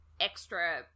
extra